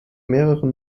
mehreren